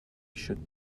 should